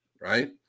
right